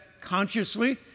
consciously